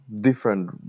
different